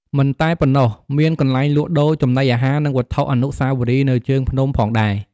មិនតែប៉ុណ្ណោះ មានកន្លែងលក់ដូរចំណីអាហារ និងវត្ថុអនុស្សាវរីយ៍នៅជើងភ្នំផងដែរ។